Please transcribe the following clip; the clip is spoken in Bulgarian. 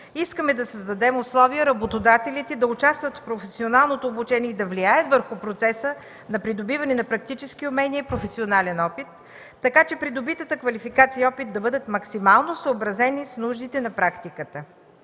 искаме да създадем условия работодателите да участват в професионалното обучение и да влияят върху процеса на придобиване на практически умения и професионален опит, така че придобитата квалификация и опит да бъдат максимално съобразени с нуждите на практиката.